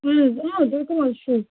تُہۍ کٕم حظ چھُو